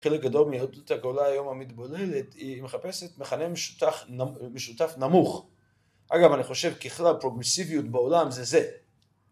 ‫חלק גדול מיהדות הגולה היום, ‫המתבוללת, היא מחפשת מכנה משוטח... משותף נמוך. ‫אגב, אני חושב ככלל ‫פרוגמסיביות בעולם זה זה.